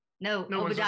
No